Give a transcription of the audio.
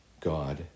god